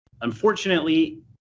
Unfortunately